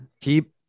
Keep